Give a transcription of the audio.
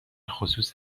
خصوص